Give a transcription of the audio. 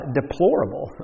deplorable